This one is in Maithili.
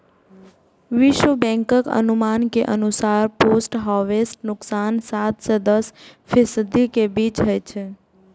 विश्व बैंकक अनुमान के अनुसार पोस्ट हार्वेस्ट नुकसान सात सं दस फीसदी के बीच होइ छै